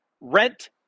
Rent